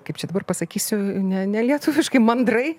kaip čia dabar pasakysiu ne nelietuviškai mandrai